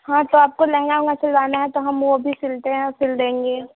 हाँ तो आपको लहंगा उँगा सिलवाना है तो हम वो भी सिलते हैं और सिल देंगी